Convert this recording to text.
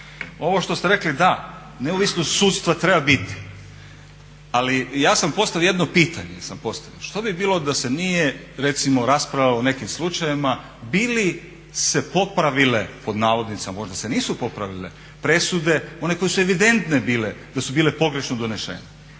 Ovo što ste rekli da, neovisnost sudstva treba biti ali ja sam pojavio jedno pitanje sam postavio, što bi bilo da se nije recimo raspravljalo o nekim slučajevima bi li se popravile pod navodnicima, možda se nisu popravile presude, one koje su evidentne bile da su bile pogrešno donešene.